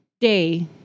day